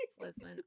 Listen